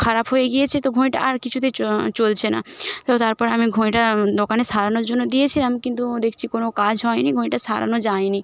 খারাপ হয়ে গিয়েছে তো ঘড়িটা আর কিছুতেই চলছে না তো তারপর আমি ঘড়িটা দোকানে সারানোর জন্য দিয়েছিলাম কিন্তু দেখছি কোনো কাজ হয় নি ঘড়িটা সারানো যায় নি